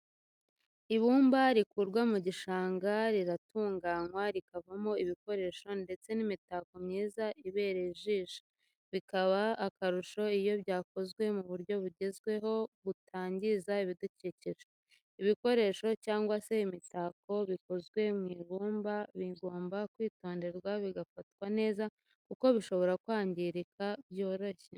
Ibumba rikurwa mu gishanga riratunganywa rikavamo ibikoresho ndetse n'imitako myiza ibereye ijisho bikaba akarusho iyo byakozwe mu buryo bugezweho butangiza ibidukikije. ibikoresho cyangwa se imitako bikozwe mu ibumba bigomba kwitonderwa bigafatwa neza kuko bishobora kwangirika byoroshye.